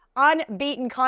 Unbeaten